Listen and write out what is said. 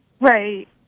Right